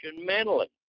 mentally